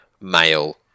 male